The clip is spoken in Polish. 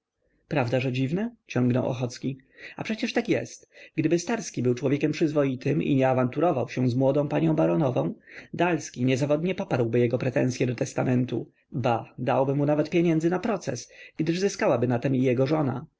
prawda że dziwne ciągnął ochocki a przecież tak jest gdyby starski był człowiekiem przyzwoitym i nie awanturował się z młodą panią baronową dalski niezawodnie poparłby jego pretensye do testamentu ba dałby mu nawet pieniędzy na proces gdyż zyskałaby na tem i jego żona